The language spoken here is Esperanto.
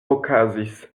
okazis